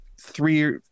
three